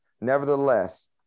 Nevertheless